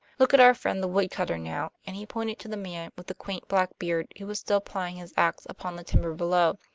look at our friend the woodcutter now. and he pointed to the man with the quaint black beard, who was still plying his ax upon the timber below.